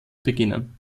beginnen